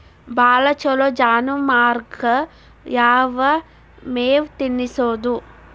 ಭಾಳ ಛಲೋ ಜಾನುವಾರಕ್ ಯಾವ್ ಮೇವ್ ತಿನ್ನಸೋದು?